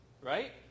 right